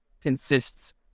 consists